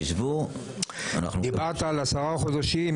דיברת על 10 חודשים.